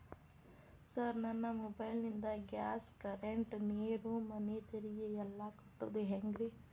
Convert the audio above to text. Sir ನನ್ನ mobile ನಿಂದ gas, current, ನೇರು, ಮನೆ ತೆರಿಗೆ ಎಲ್ಲಾ ಕಟ್ಟೋದು ಹೆಂಗ್ರಿ?